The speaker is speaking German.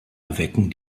erwecken